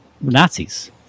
Nazis